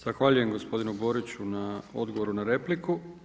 Zahvaljujem gospodine Boriću na odgovoru na repliku.